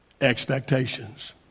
expectations